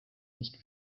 nicht